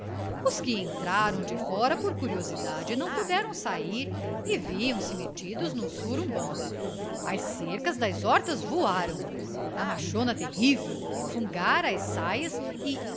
os que entravam de fora por curiosidade não puderam sair e viam-se metidos no surumbamba as cercas das hortas voaram a machona terrível fungara as saias e